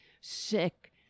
sick